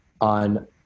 on